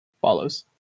follows